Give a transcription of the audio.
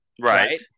Right